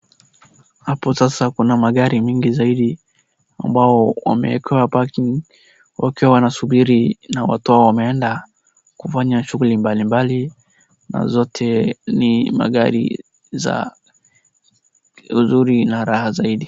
Hapo sasa kuna magari mingi zaidi ambao wameekewa parking , wakiwa wanasubiri na watu wameenda kufanya shughuli mbalimbali, na zote ni magari za uzuri na raha zaidi.